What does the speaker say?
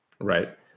Right